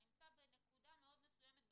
הוא נמצא בנקודה מאוד מסוימת בזמן,